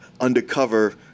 undercover